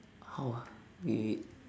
how ah wait wait wait